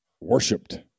worshipped